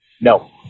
No